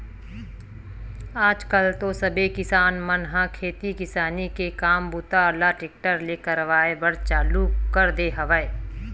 आज कल तो सबे किसान मन ह खेती किसानी के काम बूता ल टेक्टरे ले करवाए बर चालू कर दे हवय